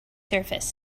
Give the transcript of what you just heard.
surface